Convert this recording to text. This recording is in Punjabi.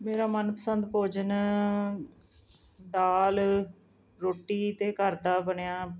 ਮੇਰਾ ਮਨਪਸੰਦ ਭੋਜਨ ਦਾਲ਼ ਰੋਟੀ ਅਤੇ ਘਰ ਦਾ ਬਣਿਆ